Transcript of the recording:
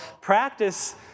practice